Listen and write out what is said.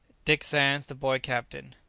dick sands the boy captain.